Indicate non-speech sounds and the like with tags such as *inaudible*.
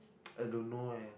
*noise* I don't know eh